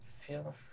Feel